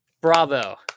Bravo